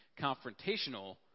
confrontational